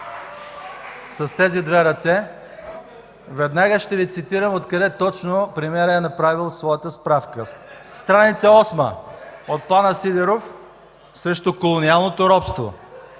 с тези две ръце, веднага ще Ви цитирам откъде точно премиерът е направил своята справка. Страница осма от „Планът Сидеров срещу колониалното робство”